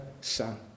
son